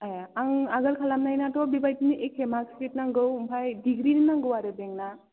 ए आं आगोल खालामनायनाथ' बेबादि एखे मार्कचिट नांगौ ओमफ्राय डिग्रि नांगौ आरो बेंकना